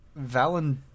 Valen